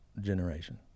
generation